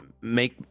make